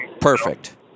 Perfect